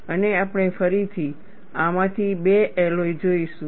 અને આપણે ફરીથી આમાંથી બે એલોય જોઈશું